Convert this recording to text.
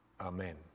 amen